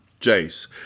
Jace